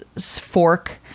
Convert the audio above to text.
fork